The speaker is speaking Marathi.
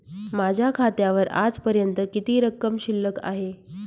माझ्या खात्यावर आजपर्यंत किती रक्कम शिल्लक आहे?